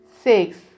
Six